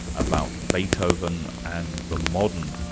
about beethoven and the modern.